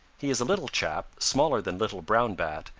he is a little chap, smaller than little brown bat,